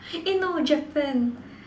eh no Japan